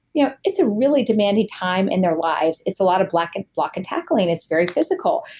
yeah it's a really demanding time in their lives. it's a lot of block and block and tackling. it's very physical.